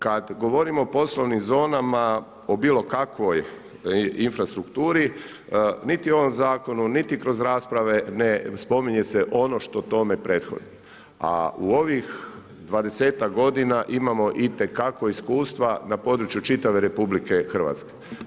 Kada govorimo o poslovnim zonama o bilo kakvoj infrastrukturi niti u ovom zakonu niti kroz rasprave ne spominje se ono što tome prethodi, a u ovih dvadesetak godina imamo itekako iskustva na području čitave EH.